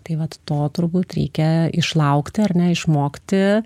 tai vat to turbūt reikia išlaukti ar ne išmokti